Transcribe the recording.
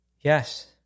Yes